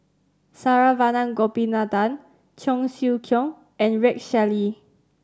Saravanan Gopinathan Cheong Siew Keong and Rex Shelley